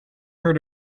heard